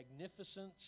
magnificence